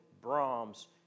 Brahms